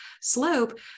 slope